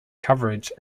coverage